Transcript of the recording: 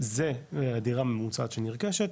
זה דירה ממוצעת שנרכשת,